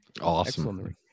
Awesome